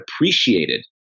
appreciated